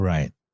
Right